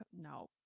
No